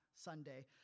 Sunday